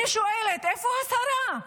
אני שואלת: איפה השרה?